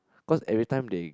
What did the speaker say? cause every time they